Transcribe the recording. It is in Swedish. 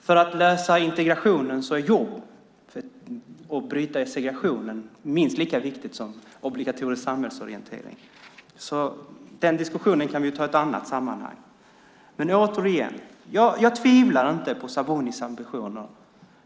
För att bryta segregationen är jobb minst lika viktigt som obligatorisk samhällsorientering, men den diskussionen kan vi ta i ett annat sammanhang. Återigen: Jag tvivlar inte på Sabunis ambitioner.